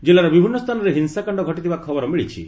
ଜିଲ୍ଲାର ବିଭିନ୍ନ ସ୍ଥାନରେ ହିଂସାକାଣ୍ଡ ଘଟିଥିବା ଖବର ମିଳିଚି